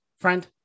friend